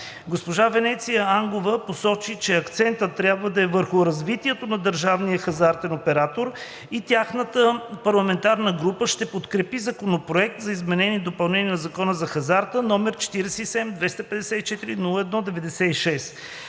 Госпожа Венеция Нецова-Ангова посочи, че акцентът трябва да е върху развитието на държавния хазартен оператор и тяхната парламентарна група ще подкрепи Законопроект за изменение и допълнение на Закона за хазарта, № 47-254-01-96.